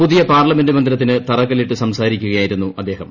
പുതിയ പാർലമെന്റ് മന്ദിരത്തിന് തറക്കല്ലിട്ട് സംസാരിക്കുകയായിരുന്നു അദ്ദേഹം